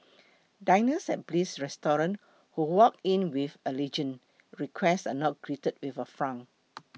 diners at Bliss Restaurant who walk in with allergen requests are not greeted with a frown